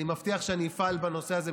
אני מבטיח שאני אפעל בנושא הזה,